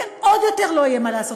ועוד יותר לא יהיה מה לעשות,